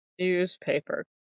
Newspaper